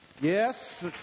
Yes